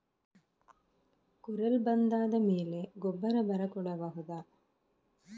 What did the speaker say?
ಕುರಲ್ ಬಂದಾದ ಮೇಲೆ ಗೊಬ್ಬರ ಬರ ಕೊಡಬಹುದ?